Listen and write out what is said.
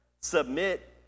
submit